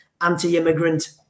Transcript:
anti-immigrant